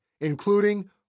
including